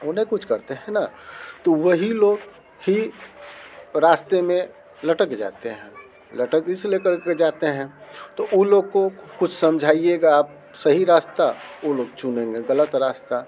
उन्हें कुछ करते है ना तो वही लोग ही रास्ते में लटक जाते हैं लटक इस ले कर के जाते हैं तो वो लोग को कुछ समझाइएगा आप सही रास्ता वो लोग चुनेंगे ग़लत रास्ता